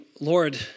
Lord